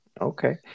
Okay